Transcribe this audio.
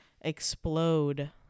explode